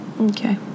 Okay